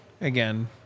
again